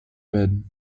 bed